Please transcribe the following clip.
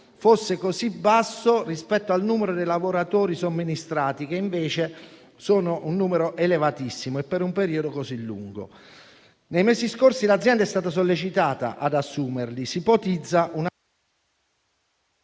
fosse così basso rispetto al numero dei lavoratori somministrati, che invece sono in numero elevatissimo e per un periodo così lungo. Nei mesi scorsi l'azienda è stata sollecitata ad assumerli; si ipotizza una